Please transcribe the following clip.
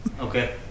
Okay